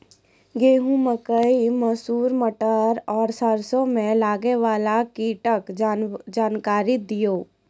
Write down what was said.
गेहूँ, मकई, मसूर, मटर आर सरसों मे लागै वाला कीटक जानकरी दियो?